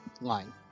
line